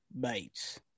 bates